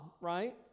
right